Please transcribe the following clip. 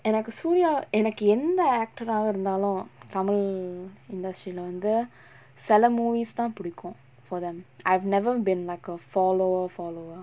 எனக்கு:enakku sooriya எனக்கு எந்த:enakku entha actor ah இருந்தாலும்:irunthalum tamil industry leh வந்து சில:vanthu sila movies தா புடிக்கு:thaa pudikkum for them I've never been like a follower follower